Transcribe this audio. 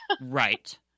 Right